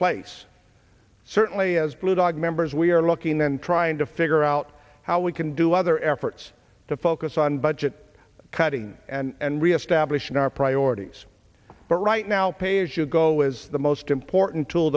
place certainly as blue dog members we are looking and trying to figure out how we can do other efforts to focus on budget cutting and reestablishing our priorities but right now pay as you go is the most important too